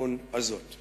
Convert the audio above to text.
האי-האמון הזאת.